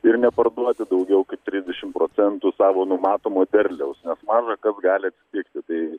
ir neparduoti daugiau kaip trisdešim procentų savo numatomo derliaus nes maža kas gali atsitikti tai